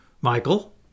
Michael